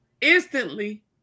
Instantly